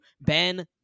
ben